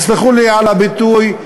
תסלחו לי על הביטוי,